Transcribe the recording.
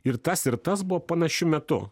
ir tas ir tas buvo panašiu metu